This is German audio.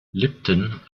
lipton